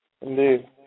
Indeed